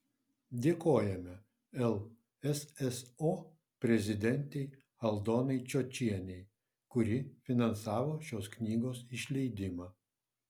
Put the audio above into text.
dėkojame lsso prezidentei aldonai čiočienei kuri finansavo šios knygos išleidimą